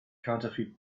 counterfeit